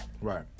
Right